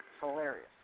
Hilarious